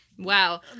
Wow